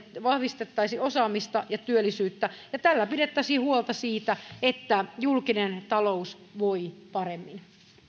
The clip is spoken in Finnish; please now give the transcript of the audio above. vahvistettaisiin osaamista ja työllisyyttä ja tällä pidettäisiin huolta siitä että julkinen talous voi paremmin